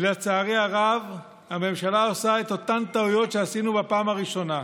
ולצערי הרב הממשלה עושה את אותן טעויות שעשינו בפעם הראשונה.